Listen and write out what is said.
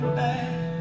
back